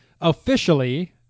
Officially